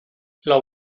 los